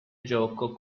gioco